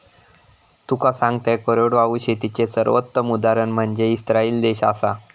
तुका सांगतंय, कोरडवाहू शेतीचे सर्वोत्तम उदाहरण म्हनजे इस्राईल देश आसा